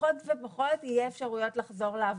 פחות ופחות יהיו אפשרויות לחזור לעבודה.